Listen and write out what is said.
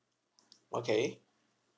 okay